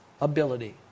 ability